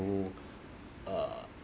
to err